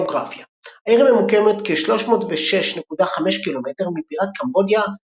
גאוגרפיה העיר ממוקמת כ-306.5 ק"מ מבירת קמבודיה,